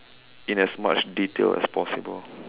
in as much detail as possible